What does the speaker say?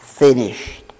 finished